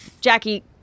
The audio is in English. Jackie